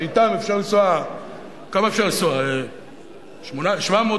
שאתם אפשר לנסוע 700 קילומטרים,